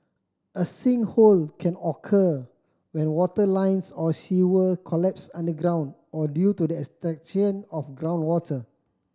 a sinkhole can occur when water lines or sewer collapse underground or due to the extraction of groundwater